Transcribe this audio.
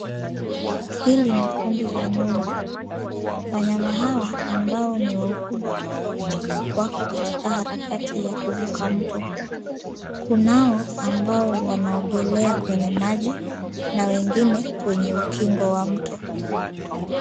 Hili ni kundi la nyumbu. Wanyama hawa ambao ni wa ukubwa tofauti wako katika harakati ya kuvuka mto. Kunao ambao wanaogelea kwenye maji na wengine kwenye ukingo wa mto.